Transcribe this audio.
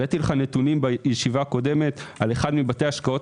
הראיתי לך נתונים בישיבה הקודמת על אחד מבתי ההשקעות